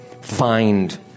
find